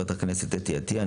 חברת הכנסת אתי עטייה.